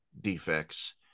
defects